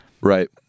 Right